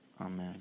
Amen